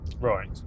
Right